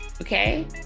Okay